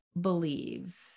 believe